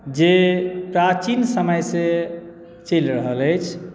जे प्राचीन समयसँ चलि रहल अछि